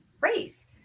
race